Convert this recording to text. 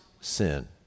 sin